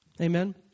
Amen